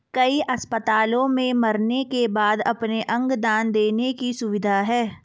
कई अस्पतालों में मरने के बाद अपने अंग दान देने की सुविधा है